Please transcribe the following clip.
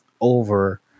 over